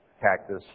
cactus